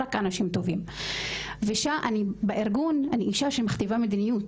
רק אנשים טובים ובארגון אני אישה שמכתיבה מדיניות,